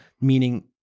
meaning